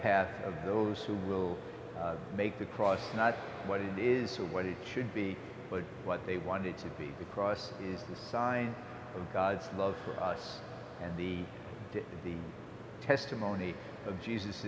path of those who will make the cross not what it is what it should be but what they want it to be the cross is the sign of god's love for us and the to the testimony of jesus